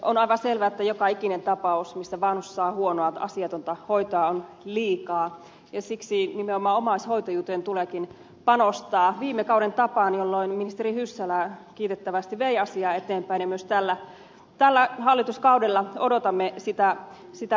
on aivan selvä että joka ikinen tapaus missä vanhus saa huonoa asiatonta hoitoa on liikaa ja siksi nimenomaan omaishoitajuuteen tuleekin panostaa viime kauden tapaan jolloin ministeri hyssälä kiitettävästi vei asiaa eteenpäin ja myös tällä hallituskaudella odotamme sitä samaa